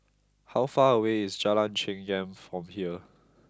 how far away is Jalan Chengam from here